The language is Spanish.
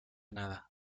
nada